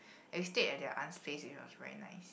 we stayed at their aunt's place it was very nice